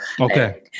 Okay